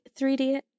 3D